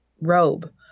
robe